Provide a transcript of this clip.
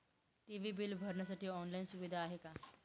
TV bill भरण्यासाठी online सुविधा आहे का?